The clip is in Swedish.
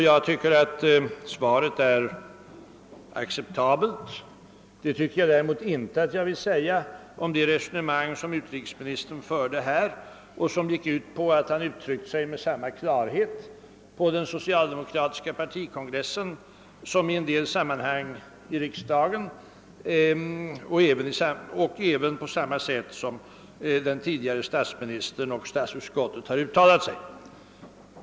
Jag tycker att det är acceptabelt; det kan jag däremot inte säga om det resonemang som utrikesministern förde här och som gick ut på att han hade uttryckt sig med samma klarhet på den socialdemokratiska partikongressen som i en del sammanhang i riksdagen och på samma sätt som förre statsministern och statsutskottet hade uttalat sig.